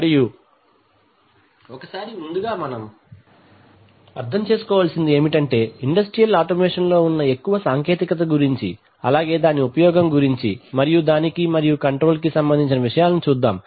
మరియు ఒకసారి ముందుగా మనం మనం అర్థం చేసుకోవలసినది ఏమిటంటే ఇండస్ట్రియల్ ఆటోమేషన్ లో ఉన్న ఎక్కువ సాంకేతికత గురించి అలాగే దాని ఉపయోగం గురించి మరియు దానికి మరియు కంట్రోల్ కి సంబంధించినవిషయాలను చూద్దాం